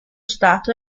stato